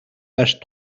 page